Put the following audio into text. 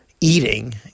eating